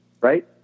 right